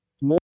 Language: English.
More